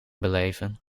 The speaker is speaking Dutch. beleven